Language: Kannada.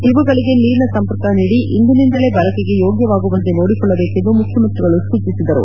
ಇವುಗಳಿಗೆ ನೀರಿನ ಸಂಪರ್ಕ ನೀಡಿ ಇಂದಿನಿಂದಲೇ ಬಳಕೆಗೆ ಯೋಗ್ಯವಾಗುವಂತೆ ನೋಡಿಕೊಳ್ಳಬೇಕೆಂದು ಮುಖ್ಯಮಂತ್ರಿಗಳು ಸೂಚಿಸಿದರು